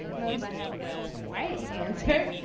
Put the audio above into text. i have the right answer,